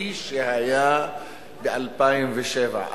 כפי שהיה ב-2007,